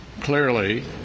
Clearly